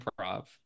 improv